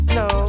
no